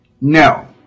no